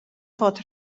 fod